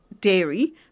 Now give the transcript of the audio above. dairy